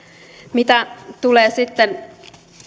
mitä tulee sitten